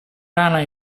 rana